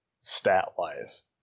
stat-wise